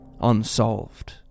unsolved